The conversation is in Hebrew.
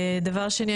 דבר שני,